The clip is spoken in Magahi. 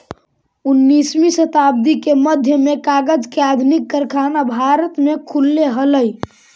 उन्नीसवीं शताब्दी के मध्य में कागज के आधुनिक कारखाना भारत में खुलले हलई